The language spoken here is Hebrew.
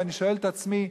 ואני שואל את עצמי: